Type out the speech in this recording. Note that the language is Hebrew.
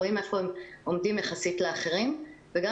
רואים איפה הם עומדים יחסית לאחרים וגם